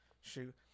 Shoot